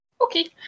Okay